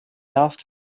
asked